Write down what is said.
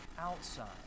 outside